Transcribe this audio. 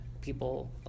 people